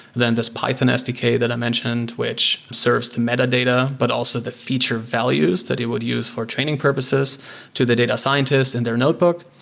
then this python sdk that i mentioned, which serves the metadata, but also the feature values that it would use for training purposes to the data scientists in their notebook,